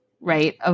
right